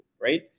right